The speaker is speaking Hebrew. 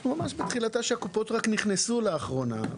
כי הקופות רק נכנסו לאחרונה.